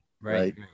Right